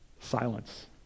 Silence